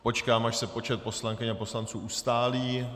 Počkám, až se počet poslankyň a poslanců ustálí.